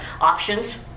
options